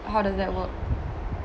how does that work